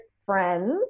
friends